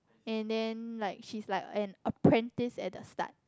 and then like she's like an apprentice at the star